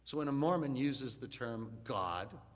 so when a mormon uses the term god